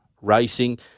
Racing